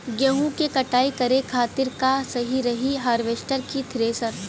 गेहूँ के कटाई करे खातिर का सही रही हार्वेस्टर की थ्रेशर?